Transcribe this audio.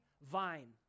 vine